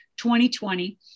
2020